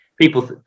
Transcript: people